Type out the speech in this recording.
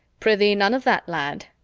prithee none of that, lad,